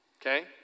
Okay